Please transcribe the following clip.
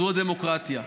זו הדמוקרטיה.